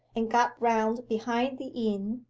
and got round behind the inn,